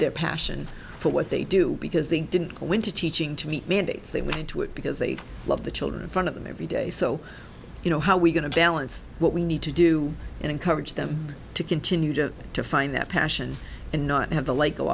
their passion for what they do because they didn't go into teaching to be mandates they went into it because they love the children in front of them every day so you know how we going to balance what we need to do and encourage them to continue to find that passion and not have to like go